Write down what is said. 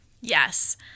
Yes